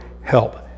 help